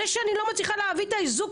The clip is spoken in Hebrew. זה שאני לא מצליחה להביא את האיזוק